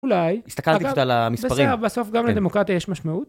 אולי, הסתכלתי קצת על המספרים, בסוף גם לדמוקרטיה יש משמעות.